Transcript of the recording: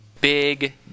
big